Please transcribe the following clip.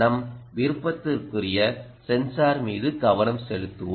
நம் விருப்பத்திற்குரிய சென்சார் மீது கவனம் செலுத்துவோம்